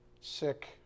sick